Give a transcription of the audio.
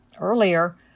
earlier